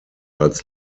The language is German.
als